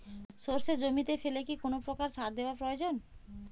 সর্ষে জমিতে ফেলে কি কোন প্রকার সার দেওয়া প্রয়োজন?